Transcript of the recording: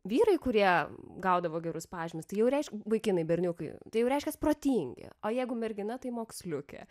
vyrai kurie gaudavo gerus pažymius tai jau reiš vaikinai berniukai tai jau reiškias protingi o jeigu mergina tai moksliukė